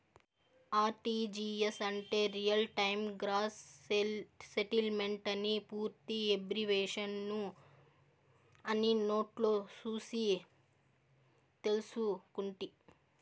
RTGS అంటే real time gross సెటిల్మెంటని పూర్తి ఎబ్రివేషను అని నెట్లో సూసి తెల్సుకుంటి